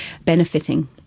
benefiting